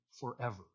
forever